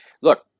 Look